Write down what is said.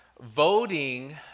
Voting